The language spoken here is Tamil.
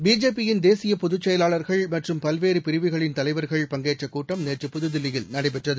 பிஜேபி யின் தேசியபொதுச்செயலாளங்கள் பல்வேறுபிரிவுகளின் மற்றும் தலைவர்கள் பங்கேற்றகூட்டம் நேற்று புதுதில்லியில் நடைபெற்றது